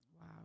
Wow